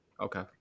Okay